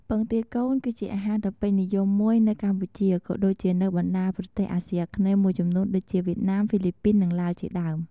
ពងទាកូន គឺជាអាហារដ៏ពេញនិយមមួយនៅកម្ពុជា ក៏ដូចជានៅបណ្ដាប្រទេសអាស៊ីអាគ្នេយ៍មួយចំនួនដូចជា វៀតណាម ហ្វីលីពីន និងឡាវជាដើម។